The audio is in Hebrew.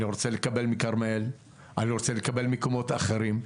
אני רוצה לקבל מכרמל ואני רוצה לקבל ממקומות אחרים.